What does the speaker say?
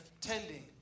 tending